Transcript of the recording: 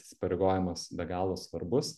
įsipareigojimas be galo svarbus